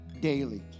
daily